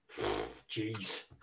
Jeez